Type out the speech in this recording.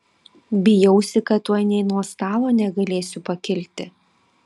bijausi kad tuoj nė nuo stalo negalėsiu pakilti